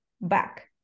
back